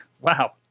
wow